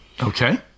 Okay